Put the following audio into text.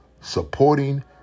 supporting